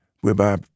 Whereby